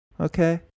Okay